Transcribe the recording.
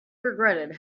regretted